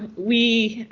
we